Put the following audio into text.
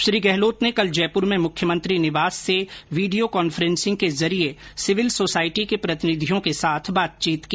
श्री गहलोत ने कल जयपुर में मुख्यमंत्री निवास से वीडियो कांफ्रेंस के जरिए सिविल सोसाइटी के प्रतिनिधियों के साथ बातचीत की